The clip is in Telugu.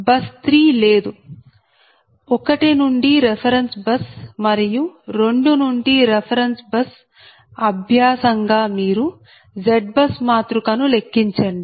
బస్ 3 లేదు 1 నుండి రెఫెరెన్స్ బస్ మరియు 2 నుండి రెఫెరెన్స్ బస్ అభ్యాసం గా మీరు ZBUSమాతృక ను లెక్కించండి